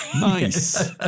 Nice